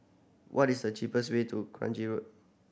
what is the cheapest way to Kranji Road